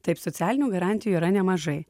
taip socialinių garantijų yra nemažai